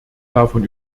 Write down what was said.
davon